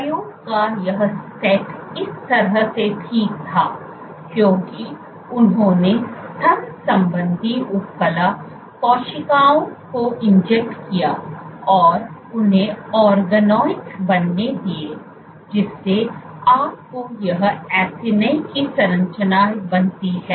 तो प्रयोग का यह सेट इस तरह से ठीक था क्योंकि उन्होंने स्तन संबंधी उपकला कोशिकाओं को इंजेक्ट किया और उन्हें ऑर्गनाइडज बनने दिया जिससे आपको यह एसिनी की संरचना बनती है